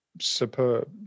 Superb